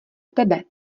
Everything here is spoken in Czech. tebe